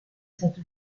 stato